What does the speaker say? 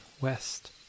west